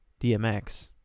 DMX